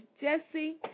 Jesse